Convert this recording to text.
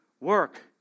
work